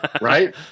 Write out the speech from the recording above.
right